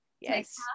yes